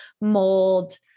mold